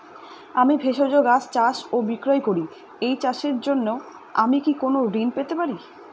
আমি ভেষজ গাছ চাষ ও বিক্রয় করি এই চাষের জন্য আমি কি কোন ঋণ পেতে পারি?